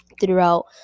throughout